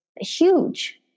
huge